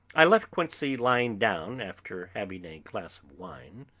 i left quincey lying down after having a glass of wine,